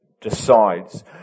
decides